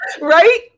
Right